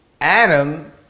Adam